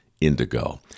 indigo